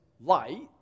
light